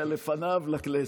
בבקשה.